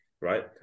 right